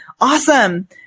awesome